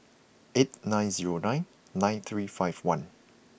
eight nine zero nine nine three five one